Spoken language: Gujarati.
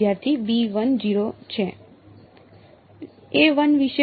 વિદ્યાર્થી B 1 0 છે